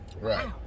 Right